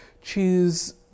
choose